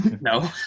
no